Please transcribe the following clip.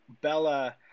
Bella